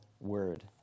word